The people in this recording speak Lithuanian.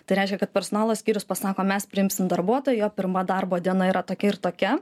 tai reiškia kad personalo skyrius pasako mes priimsim darbuotoją pirma darbo diena yra tokia ir tokia